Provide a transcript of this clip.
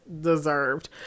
deserved